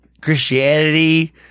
Christianity